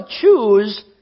choose